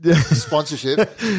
sponsorship